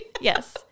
Yes